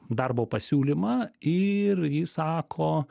darbo pasiūlymą ir ji sako